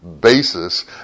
basis